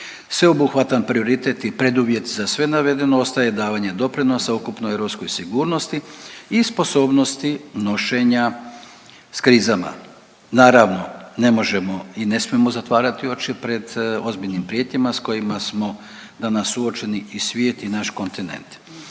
Sveobuhvatan prioritet i preduvjet za sve navedeno ostaje davanje doprinosa ukupnoj hrvatskoj sigurnosti i sposobnosti nošenja sa krizama. Naravno ne možemo i ne smijemo zatvarati oči pred ozbiljnim prijetnjama sa kojima smo danas suočeni i svijet i naš kontinent.